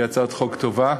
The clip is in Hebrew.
היא הצעת חוק טובה.